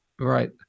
Right